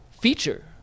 feature